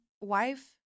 wife